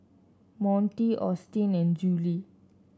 Monty Austen and Juli